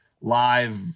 live